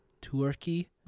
turkey